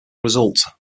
result